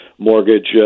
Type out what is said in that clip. mortgage